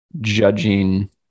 judging